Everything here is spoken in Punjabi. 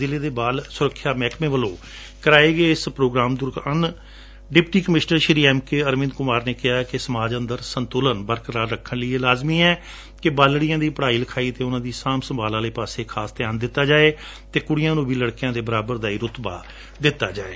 ਜਿਲ੍ਹੇ ਦੇ ਬਾਲ ਸੁਰੱਖਿਆ ਮਹਿਕਮੇ ਵਲੋਂ ਕਰਵਾਏ ਗਏ ਇਸ ਪ੍ਰੋਗਰਾਮ ਦੌਰਾਨ deputy commissioner Shri M K Arvind Kumar ਨੇ ਕਿਹਾ ਕਿ ਸਮਾਨ ਅੰਦਰ ਸੰਤੁਲਨ ਬਰਕਰਾਰ ਰੱਖਣ ਲਈ ਇਹ ਲਾਜ਼ਮੀ ਹੈ ਕਿ ਬਾਲੜੀਆਂ ਦੀ ਪੜ੍ਵਾਈ ਲਿਖਾਈ ਅਤੇ ਉਨੂਾਂ ਦੀ ਸਾਂਭ ਸੰਭਾਲ ਵਾਲੇ ਪਾਸੇ ਖਾਸ ਧਿਆਨ ਦਿੱਤਾ ਜਾਵੇ ਅਤੇ ਕੁੜੀਆਂ ਨੂੰ ਵੀ ਲੜਕਿਆਂ ਦੇ ਬਰਾਬਰ ਦਾ ਦਰਜਾ ਦਿੱਤਾ ਜਾਵੇ